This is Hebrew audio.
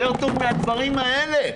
יותר טוב מהדברים האלה,